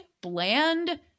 bland